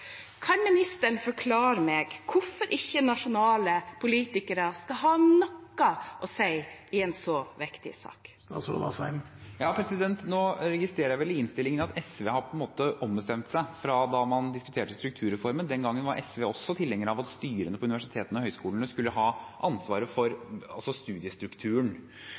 Kan ministeren forklare meg hvorfor ikke nasjonale politikere skal ha noe å si i en så viktig sak? Nå registrerer jeg vel i innstillingen at SV har ombestemt seg siden man diskuterte strukturreformen. Den gangen var SV også tilhenger av at styrene for universitetene og høyskolene skulle ha ansvaret for studiestrukturen.